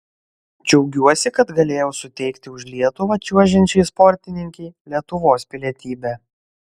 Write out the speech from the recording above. džiaugiuosi kad galėjau suteikti už lietuvą čiuožiančiai sportininkei lietuvos pilietybę